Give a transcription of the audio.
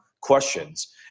questions